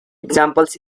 examples